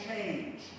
change